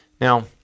Now